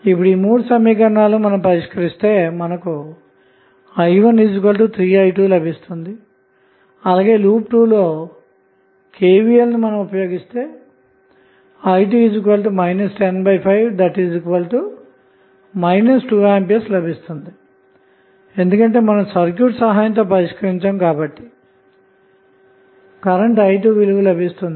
ఇప్పుడు ఈ మూడు సమీకరణాలను పరిష్కరిస్తే మనకు i13i2 లభిస్తుంది అలాగే లూప్ 2 లో KVL ను ఉపయోగిస్తే మీకుi 2 105 2A లభిస్తుందిఎందుకంటే మనం సర్క్యూట్ సహాయంతో పరిష్కరించాము కాబట్టి కరెంట్ i2 విలువ లభిస్తుంది